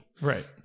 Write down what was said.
Right